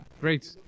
great